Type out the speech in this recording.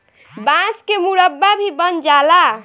बांस के मुरब्बा भी बन जाला